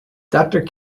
doctor